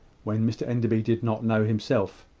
when mr enderby did not know himself.